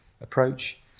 approach